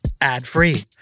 ad-free